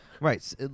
Right